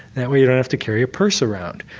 that way you don't have to carry a purse around.